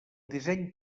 disseny